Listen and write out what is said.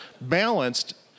Balanced